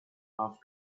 off